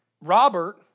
Robert